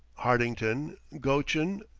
hartington, goschen,